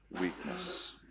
weakness